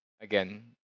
again